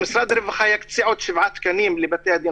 שמשרד הרווחה יקצה עוד שבעה תקנים לבתי הדין